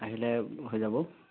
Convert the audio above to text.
আহিলে হৈ যাব